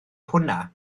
hwnna